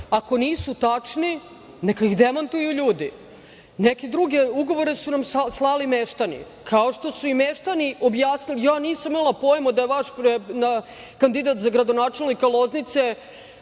ako nisu tačni neka ih demantuju ljudi, neke druge ugovore su nam slali meštani kao što su i meštani objasnili, ja nisam imala pojma da je vaš kandidat za gradonačelnika Loznice